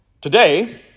Today